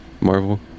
Marvel